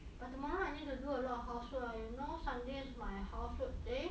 but tomorrow I need to do a lot of housework you know sunday is my housework day